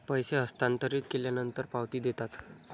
पैसे हस्तांतरित केल्यानंतर पावती देतात